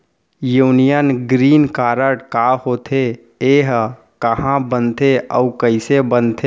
Union green card का होथे, एहा कहाँ बनथे अऊ कइसे बनथे?